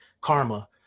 karma